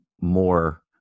more